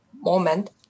moment